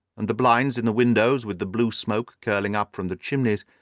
and the blinds in the windows, with the blue smoke curling up from the chimneys,